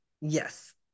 Yes